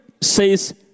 says